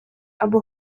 або